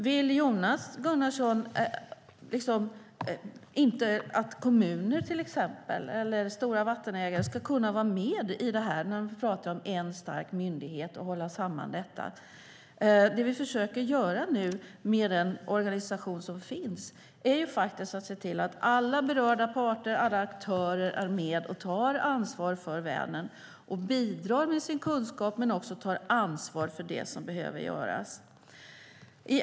Vill Jonas Gunnarsson inte att till exempel kommuner, eller andra stora vattenägare, ska kunna vara med i det, eftersom han talar om en stark myndighet och om att hålla samman detta? Nu försöker vi, med den organisation som finns, se till att alla berörda parter, alla aktörer, bidrar med sin kunskap och tar ansvar för det som behöver göras för Vänern.